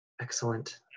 excellent